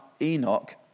Enoch